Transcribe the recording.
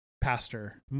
pastor